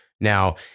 Now